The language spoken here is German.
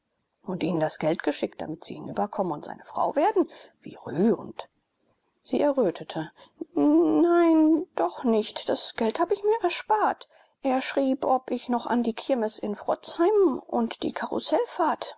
und ihnen das geld geschickt damit sie hinüberkommen und seine frau werden wie rührend sie errötete ne ein doch nicht das geld hab ich mir erspart er schrieb ob ich noch an die kirmeß in frotzheim und die karussellfahrt